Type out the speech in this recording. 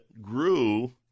grew